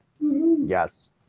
yes